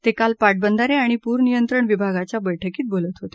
ते काल पाटबंधारे आणि पुरनियंत्रण विभागाच्या बैठकीत बोलत होते